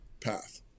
path